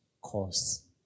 cause